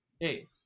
Hey